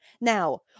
now